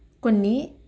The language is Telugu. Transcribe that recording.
కొన్ని